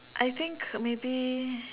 I think maybe